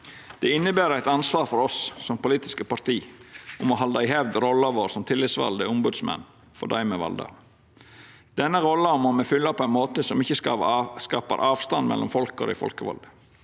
Det inneber eit ansvar for oss som politiske parti for å halda i hevd rolla vår som tillitsvalde ombodsmenn for dei me er valde av. Denne rolla må me fylla på ein måte som ikkje skapar avstand mellom folket og dei folkevalde.